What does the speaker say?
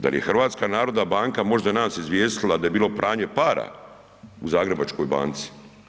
Dal je HNB možda nas izvijestila da je bilo pranje para u Zagrebačkoj banci?